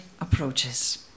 approaches